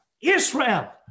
Israel